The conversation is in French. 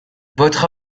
votre